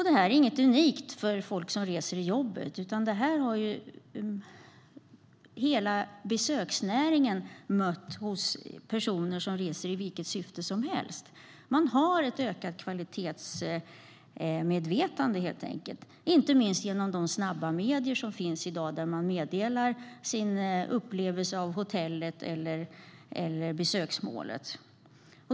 Detta är inget unikt för folk som reser i jobbet, utan detta har hela besöksnäringen mött hos personer som reser, oavsett vad syftet med deras resa är. Det finns ett ökat kvalitetsmedvetande, inte minst genom de snabba medier som finns i dag, där man meddelar sin upplevelse av hotellet eller besöksmålet.